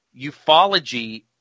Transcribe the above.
Ufology